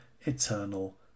eternal